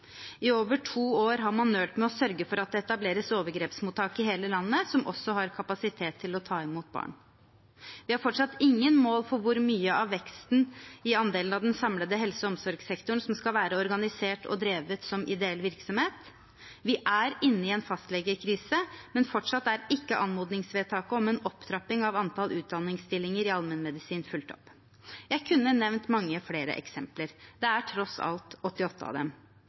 I over to år har man nølt med å sørge for at det etableres overgrepsmottak i hele landet som også har kapasitet til å ta imot barn. Vi har fortsatt ingen mål for hvor mye av veksten i andelen av den samlede helse- og omsorgssektoren som skal være organisert og drevet som ideell virksomhet. Vi er inne i en fastlegekrise, men fortsatt er ikke anmodningsvedtaket om en opptrapping av antall utdanningsstillinger i allmennmedisin fulgt opp. Jeg kunne nevnt mange flere eksempler. Det er tross alt 88 av dem.